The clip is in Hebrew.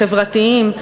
חברתיים.